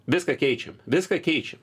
viską keičiam viską keičiam